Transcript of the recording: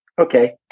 Okay